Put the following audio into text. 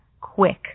quick